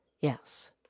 Yes